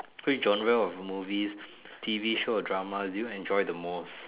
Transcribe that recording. which genre of movies T_V show or dramas do you enjoy the most